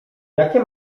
jakie